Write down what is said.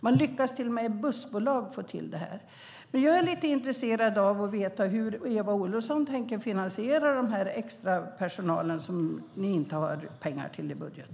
Man lyckas till och med få till det i bussbolag. Jag är lite intresserad av att veta hur Eva Olofsson tänker finansiera den extra personalen som ni inte har pengar till i budget.